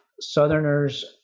Southerners